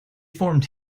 formed